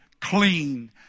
clean